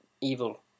evil